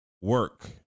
work